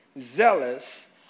zealous